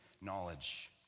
knowledge